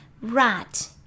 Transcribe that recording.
rat